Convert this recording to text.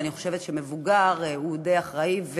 אני חושבת שמבוגר הוא די אחראי,